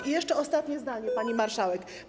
I jeszcze ostatnie zdanie, pani marszałek.